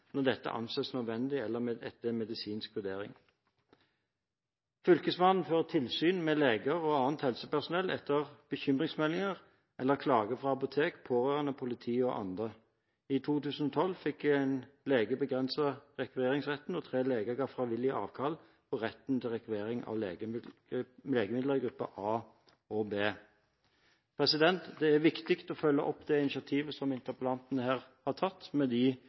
når dette anses nødvendig etter en medisinsk vurdering. Fylkesmannen fører tilsyn med leger og annet helsepersonell etter bekymringsmeldinger eller klager fra apotek, pårørende, politi og andre. I 2012 fikk en lege begrenset rekvireringsretten, og tre leger ga frivillig avkall på retten til rekvirering av legemidler i gruppe A og B. Det er viktig å følge opp det initiativet interpellanten her har tatt, med de